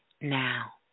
now